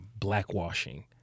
blackwashing